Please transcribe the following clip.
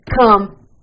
come